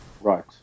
Right